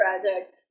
project